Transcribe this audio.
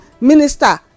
minister